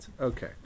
Okay